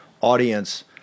audience